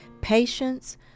patience